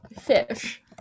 fish